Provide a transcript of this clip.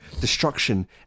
destruction